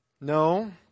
No